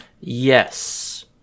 Yes